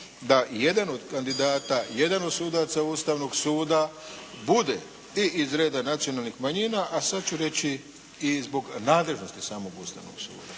da jedan od kandidata, jedan od sudaca Ustavnog suda bude i iz reda nacionalnih manjina, a sada ću reći i zbog nadležnosti samog Ustavnog suda.